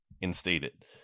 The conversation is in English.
instated